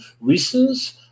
reasons